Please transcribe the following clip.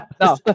no